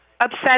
Upset